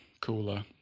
cooler